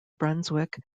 brunswick